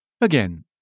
Again